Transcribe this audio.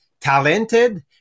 talented